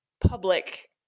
public